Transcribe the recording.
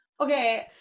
Okay